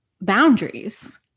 boundaries